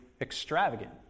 extravagant